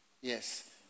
Yes